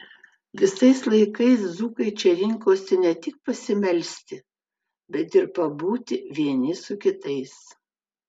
visais laikais dzūkai čia rinkosi ne tik pasimelsti bet ir pabūti vieni su kitais